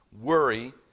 worry